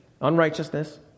unrighteousness